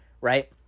right